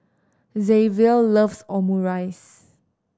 Xzavier loves Omurice